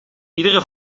iedere